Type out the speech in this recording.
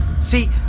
See